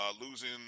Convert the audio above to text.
losing